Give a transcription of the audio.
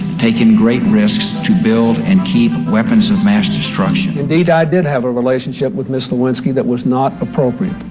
taken greater risks to build and keep weapons of mass destruction. indeed i did have a relationship with miss lewinsky that was not appropriate.